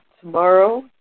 tomorrow